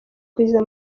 kugeza